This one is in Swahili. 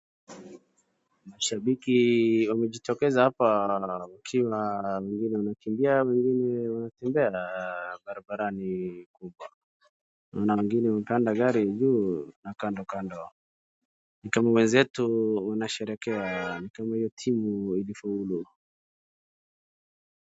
Mashabiki wamejitokeza hapa ikiwa wengine wanakimbia wengine wanatembea barabarani kubwa. Naona wengine wamepanda gari juu na kando kando. Ni kama wenzetu wanasherehekea ni kama hio timu ilifaulu.